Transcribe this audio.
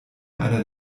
einer